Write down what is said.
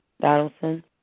Donaldson